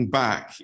back